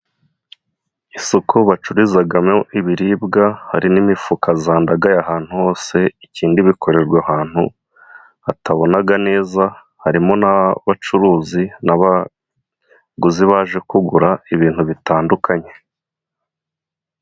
Isoko bacururizagamo ibiribwa hari n'imifuka zandagaye ahantu hose ikindi bikorerwa ahantu hatabonaga neza harimo n'abacuruzi n'abaguzi baje kugura ibintu bitandukanye.